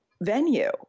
venue